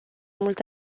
mult